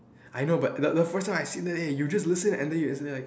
I know but but but the first time I've seen eh you just listen and then you